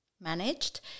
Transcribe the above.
managed